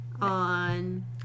On